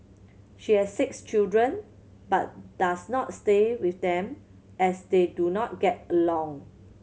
she has six children but does not stay with them as they do not get along